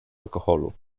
alkoholu